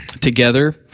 together